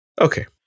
Okay